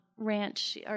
Ranch